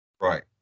Right